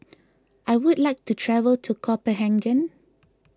I would like to travel to Copenhagen